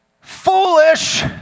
foolish